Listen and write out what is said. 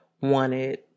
wanted